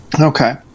Okay